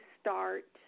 start